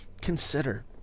consider